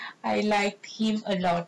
I liked him a lot